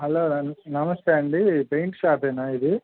hello నమస్తే అండి paint షాపేనా ఇది